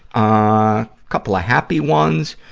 a couple of happy ones,